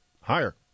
Higher